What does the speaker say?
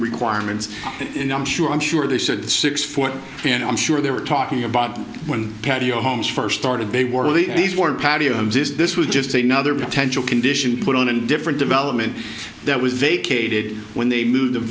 requirements and i'm sure i'm sure they said six four and i'm sure there were talking about when patio homes first started they were these were patio this was just another potential condition put on in different development that was vacated when they moved the